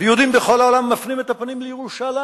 ויהודים בכל העולם מפנים את הפנים לירושלים,